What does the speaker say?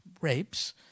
rapes